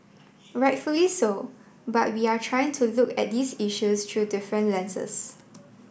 rightfully so but we are trying to look at these issues through different lenses